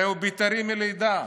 הרי הוא בית"רי מלידה.